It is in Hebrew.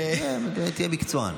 תהיה מקצוען.